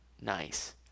Nice